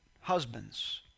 husbands